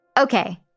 Okay